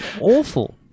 awful